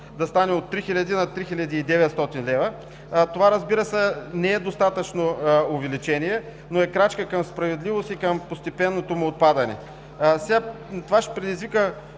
да стане от 3000 лв. на 3900 лв. Това, разбира се, не е достатъчно увеличение, но е крачка към справедливост и към постепенното му отпадане. Това ще предизвика